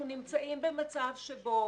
אנחנו נמצאים במצב שבו